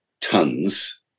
tons